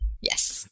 Yes